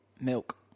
Milk